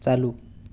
चालू